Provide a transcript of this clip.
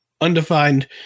undefined